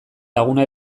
laguna